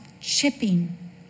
chipping